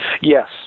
Yes